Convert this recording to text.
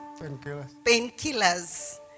painkillers